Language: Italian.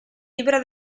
libera